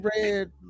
Red